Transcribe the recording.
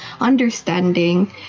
understanding